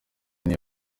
niyo